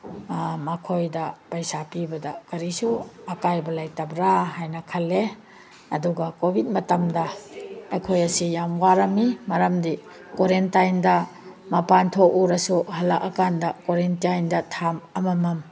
ꯃꯈꯣꯏꯗ ꯄꯩꯁꯥ ꯄꯤꯕꯗ ꯀꯔꯤꯁꯨ ꯑꯀꯥꯏꯕ ꯂꯩꯇꯕ꯭ꯔꯥ ꯍꯥꯏꯅ ꯈꯜꯂꯦ ꯑꯗꯨꯒ ꯀꯣꯚꯤꯠ ꯃꯇꯝꯗ ꯑꯩꯈꯣꯏ ꯑꯁꯤ ꯌꯥꯝ ꯋꯥꯔꯝꯃꯤ ꯃꯔꯝꯗꯤ ꯀꯣꯔꯦꯟꯇꯥꯏꯟꯗ ꯃꯄꯥꯟ ꯊꯣꯛꯎꯔꯁꯨ ꯍꯜꯂꯛꯑꯀꯥꯟꯗ ꯀꯣꯔꯦꯟꯇꯥꯏꯟꯗ ꯊꯥ ꯑꯃꯃꯝ